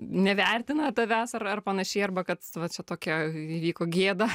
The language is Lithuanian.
nevertina tavęs ar ar panašiai arba kad va čia tokia įvyko gėda